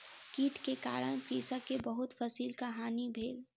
कीट के कारण कृषक के बहुत फसिलक हानि भेल